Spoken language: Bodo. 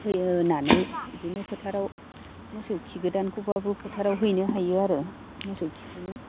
होयो होननानै इदिनो फोथाराव मोसौ खि गोदानखौब्लाबो फोथाराव हैनो हायो आरो मोसौखिखौनो